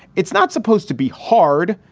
it's not supposed to be hard.